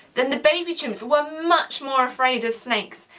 then the baby chimps were much more afraid of snakes.